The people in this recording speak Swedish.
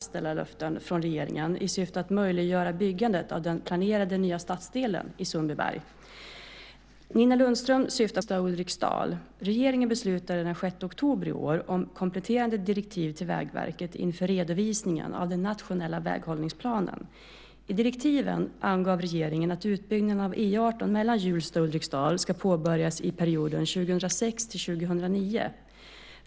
Herr talman! Nina Lundström har frågat vilka åtgärder jag avser att vidta för att flytten av E 18 ska genomföras i enlighet med tidigare ställda löften från regeringen i syfte att möjliggöra byggandet av den planerade nya stadsdelen i Sundbyberg. Nina Lundström syftar på den planerade utbyggnaden av E 18 mellan Hjulsta och Ulriksdal. Regeringen beslutade den 6 oktober i år om kompletterande direktiv till Vägverket inför redovisningen av den nationella väghållningsplanen. I direktiven angav regeringen att utbyggnaden av E 18 mellan Hjulsta och Ulriksdal ska påbörjas i perioden 2006-2009.